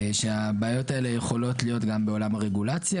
שהבעיות האלה יכולות להיות גם בעולם הרגולציה,